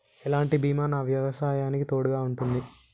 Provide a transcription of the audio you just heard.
ఎలాంటి బీమా నా వ్యవసాయానికి తోడుగా ఉంటుంది?